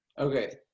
Okay